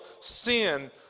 sin